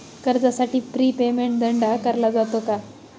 कर्जासाठी prepayment दंड आकारला जातो का?